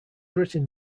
written